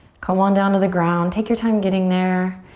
come on down to the ground, take your time getting there,